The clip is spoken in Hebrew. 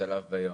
לשלב ביום.